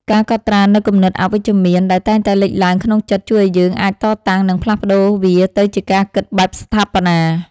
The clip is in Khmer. ការកត់ត្រានូវគំនិតអវិជ្ជមានដែលតែងតែលេចឡើងក្នុងចិត្ត ជួយឱ្យយើងអាចតតាំង និងផ្លាស់ប្តូរវាទៅជាការគិតបែបស្ថាបនា។